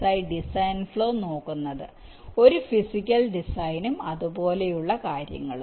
I design flow നോക്കുന്നത് ഒരു physical ഡിസൈനും അതുപോലുള്ള കാര്യങ്ങളും